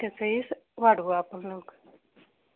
ते साईस वाढवू आपण मग